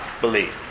believe